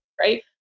right